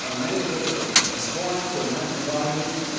ah many of which are abhorrent to american values.